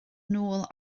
nôl